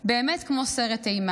באמת כמו סרט אימה.